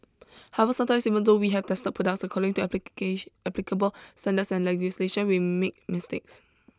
however sometimes even though we have tested products according to applicable standards and legislation we make mistakes